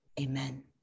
amen